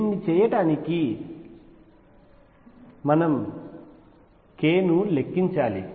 దీన్ని చేయడానికి మనం k ని లెక్కించాలి